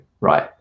right